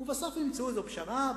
בסוף הם ימצאו איזו פשרה,